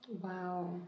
Wow